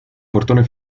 portone